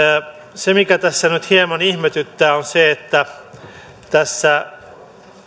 se mikä tässä nyt hieman ihmetyttää on se että tässä